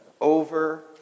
over